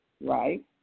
Right